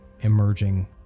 emerging